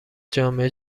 جامعه